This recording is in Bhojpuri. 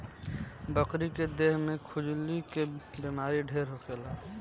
बकरी के देह में खजुली के बेमारी ढेर होखेला